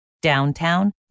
downtown